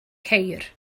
ceir